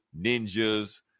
Ninjas